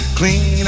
clean